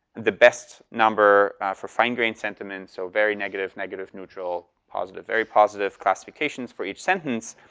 the best number for fine grain sentiments so very negative, negative, neutral, positive, very positive classifications for each sentiments.